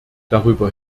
darüber